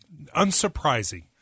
unsurprising